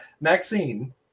Maxine